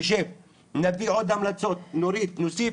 נשב, נביא עוד המלצות, נוריד, נוסיף,